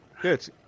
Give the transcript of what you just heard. Good